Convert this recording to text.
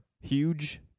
huge